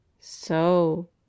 So